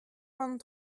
vingt